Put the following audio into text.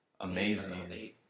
Amazing